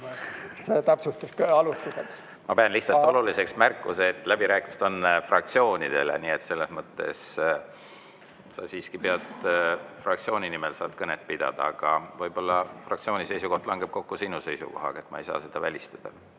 Ma pean lihtsalt oluliseks märkida, et läbirääkimised on fraktsioonidele, nii et selles mõttes sa siiski pead fraktsiooni nimel kõnet pidama. Aga võib-olla fraktsiooni seisukoht langeb kokku sinu seisukohaga, ma ei saa seda välistada.